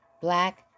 Black